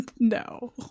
No